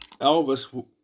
Elvis